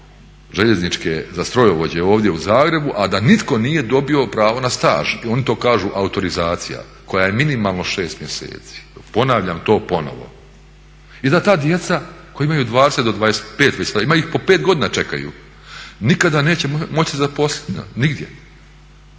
željezničke za strojovođe ovdje u Zagrebu, a da nitko nije dobio pravo na staž, oni to kažu autorizacija koja je minimalno 6 mjeseci. Ponavljam to ponovno. I da ta djeca koja imaju 20 do 25, ima ih po 5 godina čekaju, nikada neće se moći zaposliti nigdje.